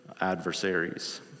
adversaries